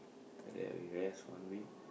like that we rest one week